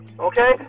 Okay